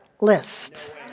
list